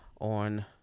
on